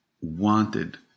wanted